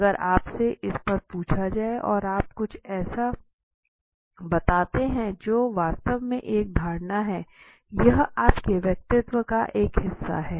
अगर आप से इस पर पूछा जाए और आप कुछ ऐसा बताते है जो वास्तव में एक धारणा है यह आपके व्यक्तित्व का एक हिस्सा है